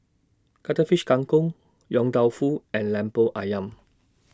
Cuttlefish Kang Kong Yong Tau Foo and Lemper Ayam